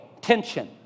tension